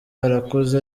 barakoze